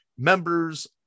members